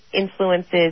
influences